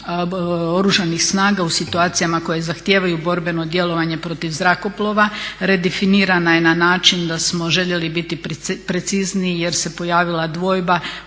Oružanih snaga u situacijama koje zahtijevaju borbeno djelovanje protiv zrakoplova, redefinirana je na način da smo željeli biti precizniji jer se pojavila dvojba